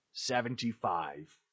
Seventy-five